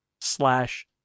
slash